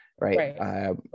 Right